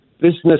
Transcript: business